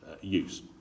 use